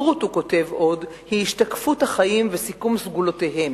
הוא כותב עוד: "הספרות היא השתקפות החיים וסיכום סגולותיהם.